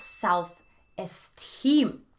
self-esteem